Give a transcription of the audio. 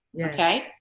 Okay